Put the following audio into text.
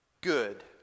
good